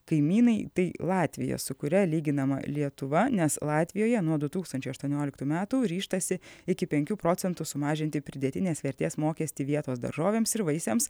kaimynai tai latvija su kuria lyginama lietuva nes latvijoje nuo du tūkstančiai aštuonioliktų metų ryžtasi iki penkių procentų sumažinti pridėtinės vertės mokestį vietos daržovėms ir vaisiams